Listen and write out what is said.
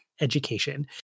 education